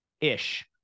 ish